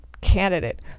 candidate